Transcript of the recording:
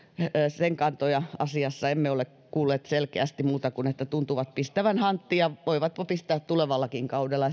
sen kantoja asiassa emme ole kuulleet selkeästi muuta kuin että tuntuvat pistävän hanttiin ja voivatpa pistää tulevallakin kaudella